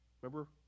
Remember